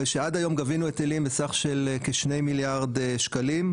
הרי שעד היום גבינו היטלים בסך של כשני מיליארד שקלים,